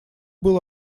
был